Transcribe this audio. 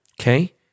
okay